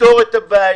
לפתור את הבעיה.